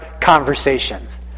conversations